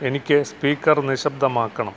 എനിക്ക് സ്പീക്കർ നിശബ്ദമാക്കണം